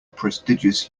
prestigious